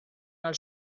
els